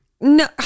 No